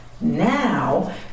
Now